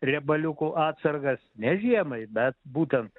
riebaliukų atsargas ne žiemai bet būtent